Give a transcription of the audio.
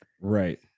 Right